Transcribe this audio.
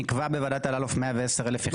נקבע בוועדת אללוף 110 יחידות.